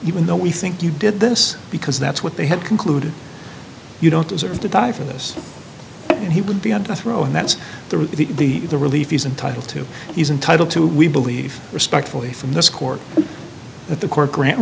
even though we think you did this because that's what they had concluded you don't deserve to die from this and he would be on death row and that's the the the relief he's entitled to he's entitled to we believe respectfully from this court that the court grant